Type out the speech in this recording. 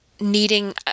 needing